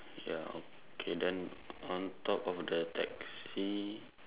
ya okay then on top of the taxi